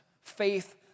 Faith